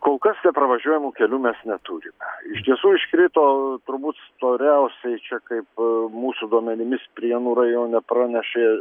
kol kas nepravažiuojamų kelių mes neturime iš tiesų iškrito turbūt storiausiai čia kaip mūsų duomenimis prienų rajone pranešė